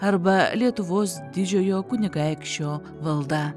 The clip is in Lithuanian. arba lietuvos didžiojo kunigaikščio valda